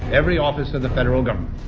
every office of the federal government.